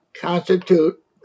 Constitute